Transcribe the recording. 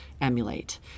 emulate